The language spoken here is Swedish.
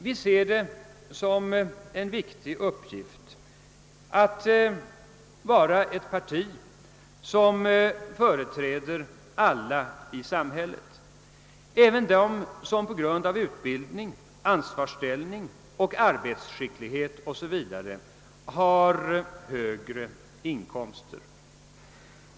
Vi ser det som en viktig uppgift att vara ett parti som företräder alla i samhället — även dem som Jå grund av utbildning, ansvarsställning, arbetsskicklighet o.s.v. har högre inkomster.